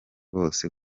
bose